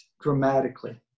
dramatically